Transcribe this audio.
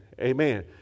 Amen